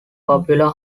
popular